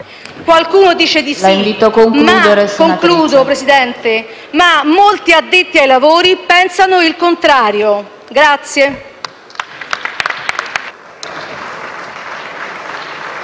Qualcuno dice di sì, ma molti addetti ai lavori pensano il contrario.